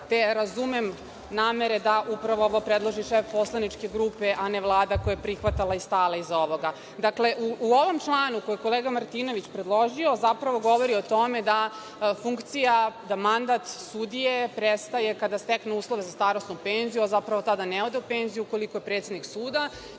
te razumem namere da upravo ovo predlaže šef poslaničke grupe, a ne Vlada koja prihvata i koja je stala iza ovoga. Dakle, u ovom članu koji je kolega Martinović predložio zapravo govori o tome da funkcija, da mandat sudije prestaje kada se steknu uslovi za starosnu penziju, a zapravo tada ne odu u penziju, ukoliko je predsednik suda,